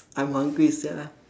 I'm hungry sia